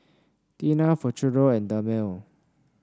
Tena Futuro and Dermale